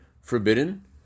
forbidden